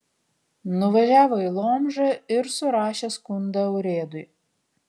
nuvažiavo į lomžą ir surašė skundą urėdui